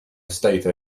estate